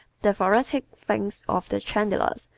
the thoracic thinks of the chandeliers,